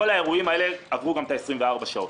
כל האירועים האלה עברו גם את ה-24 שעות.